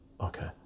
okay